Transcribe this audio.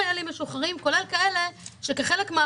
חלק לא